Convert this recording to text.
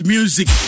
Music